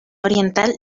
oriental